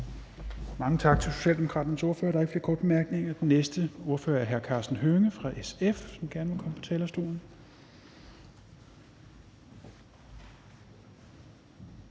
Mange tak til den Socialdemokraternes ordfører. Der er ikke flere korte bemærkninger, så den næste ordfører er hr. Karsten Hønge fra SF, som gerne må komme på talerstolen.